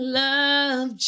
love